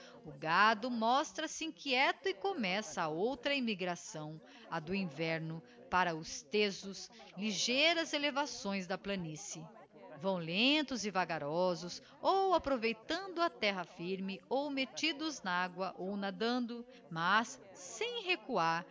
o gado mostra-se inquieto e começa a outra emigração a do inverno para os tesos ligeiras elevações da planície vão lentos e vagarosos ou aproveitando a terra firme ou mettidos n'agua ou nadando mas sem recuar